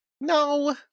No